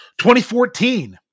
2014